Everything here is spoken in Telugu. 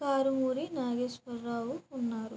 కారుమూరి నాగేశ్వరరావు ఉన్నారు